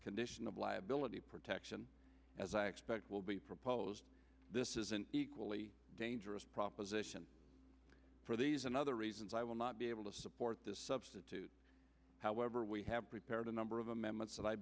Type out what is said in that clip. condition of liability protection as i expect will be proposed this is an equally dangerous proposition for these and other reasons i will not be able to support this substitute however we have prepared a number of amendments that i